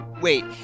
Wait